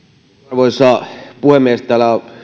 arvoisa puhemies täällä on